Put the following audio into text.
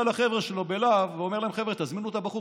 לחבר'ה שלו בלהב ואומר להם: תזמינו את הבחור.